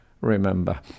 remember